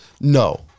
No